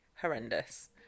horrendous